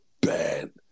bad